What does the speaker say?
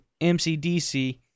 MCDC